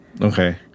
Okay